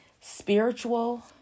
spiritual